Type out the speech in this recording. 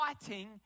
fighting